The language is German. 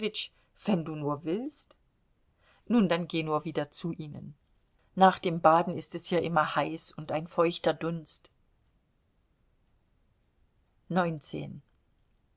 wenn du nur willst nun dann geh nur wieder zu ihnen nach dem baden ist es hier immer heiß und ein feuchter dunst